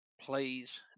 plays